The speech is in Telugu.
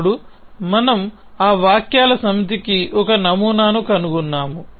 అప్పుడు మనము ఆ వాక్యాల సమితికి ఒక నమూనాను కనుగొన్నాము